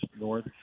north